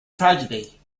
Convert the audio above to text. tragedy